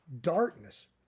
darkness